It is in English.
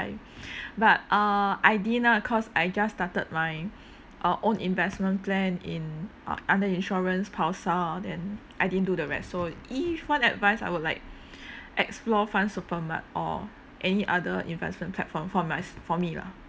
but uh I didn't lah cause I just started my uh own investment plan in uh under insurance Pulsar then I didn't do the rest so if one advice I would like explore Fundsupermart or any other investment platform for mys~ for me lah